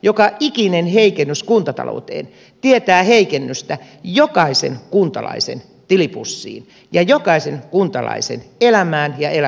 joka ikinen heikennys kuntatalouteen tietää heikennystä jokaisen kuntalaisen tilipussiin ja jokaisen kuntalaisen elämään ja elämisen laatuun